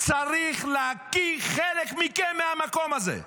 צריך להקיא חלק מכם מהמקום הזה.